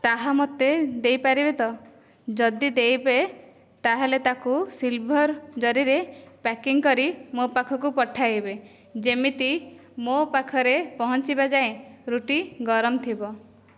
ତାହା ମୋତେ ଦେଇପାରିବେ ତ ଯଦି ଦେବେ ତା'ହେଲେ ତାକୁ ସିଲଭର୍ ଜରିରେ ପ୍ୟାକିଂ କରି ମୋ ପାଖକୁ ପଠାଇବେ ଯେମିତି ମୋ ପାଖରେ ପହଞ୍ଚିବା ଯାଏ ରୁଟି ଗରମ ଥିବ